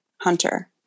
Hunter